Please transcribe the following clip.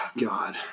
God